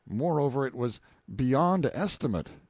moreover, it was beyond estimate.